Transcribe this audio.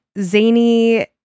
zany